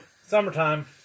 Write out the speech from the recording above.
summertime